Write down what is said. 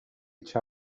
each